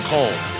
Cold